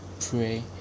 pray